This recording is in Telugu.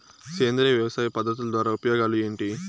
సేంద్రియ వ్యవసాయ పద్ధతుల ద్వారా ఉపయోగాలు ఏంటి?